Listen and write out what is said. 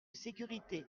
sécurités